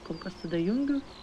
kol kas tada jungiu